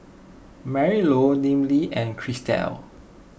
Marylou Neely and Christel